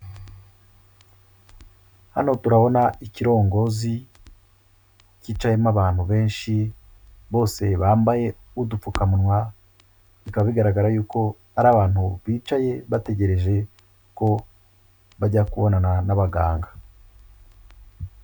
Hano turabona ikirongozi cyicayemo abantu benshi bose bambaye udupfukamunwa, bikaba bigaragara y'uko ari abantu bicaye bategereje ko bajya kubonana n'abaganga.